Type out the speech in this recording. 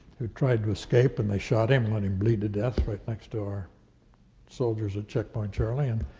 who tried to escape, and they shot him, let him bleed to death right next to our soldiers at checkpoint charlie. and